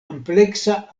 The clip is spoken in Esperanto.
ampleksa